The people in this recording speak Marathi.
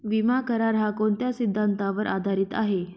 विमा करार, हा कोणत्या सिद्धांतावर आधारीत आहे?